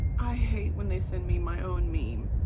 i hate when they send me my own meme.